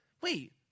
wait